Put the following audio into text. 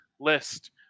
list